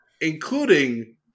including